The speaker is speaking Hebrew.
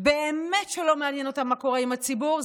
באמת שלא מעניין אותם מה קורה עם הציבור,